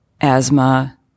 asthma